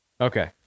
Okay